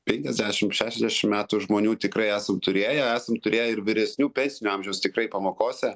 penkiasdešim šešiasdešim metų žmonių tikrai esam turėję esam turėję ir vyresnių pensinio amžiaus tikrai pamokose